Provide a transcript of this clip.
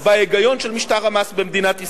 בהיגיון של משטר המס במדינת ישראל.